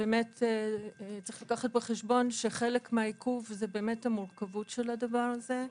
צריך לקחת בחשבון שחלק מהעיכוב זה המורכבות של הדבר הזה.